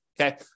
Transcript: okay